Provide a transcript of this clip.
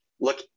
look